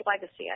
legacy